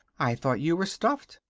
i thought you were stuffed.